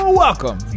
welcome